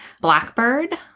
Blackbird